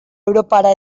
europara